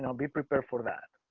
and be prepared for that.